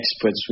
experts